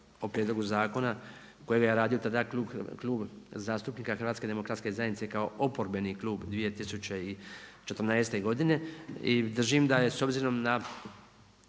o Prijedlogu zakona kojega je radio tada Klub zastupnika Hrvatske demokratske zajednice kao oporbeni klub 2014. godine. I držim da je s obzirom na